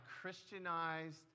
Christianized